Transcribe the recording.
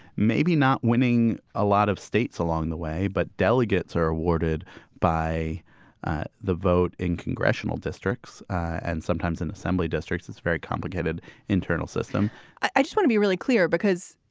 maybe not winning a lot of states along the way, but delegates are awarded by the vote in congressional districts and sometimes in assembly districts. it's very complicated internal system i just want to be really clear because